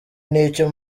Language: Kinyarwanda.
n’icyo